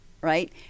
right